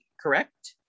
correct